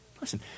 Listen